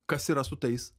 kas yra su tais